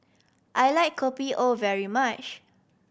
I like Kopi O very much